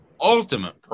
ultimate